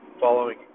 following